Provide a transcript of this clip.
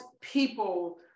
people